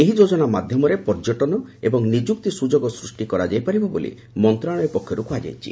ଏହି ଯୋଜନା ମାଧ୍ୟମରେ ପର୍ଯ୍ୟଟନ ଏବଂ ନିଯୁକ୍ତି ସୁଯୋଗ ସୃଷ୍ଟି କରାଯାଇ ପାରିବ ବୋଲି ମନ୍ତ୍ରଣାଳୟ ପକ୍ଷରୁ କୁହାଯାଇଛି